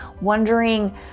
wondering